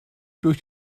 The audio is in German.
durch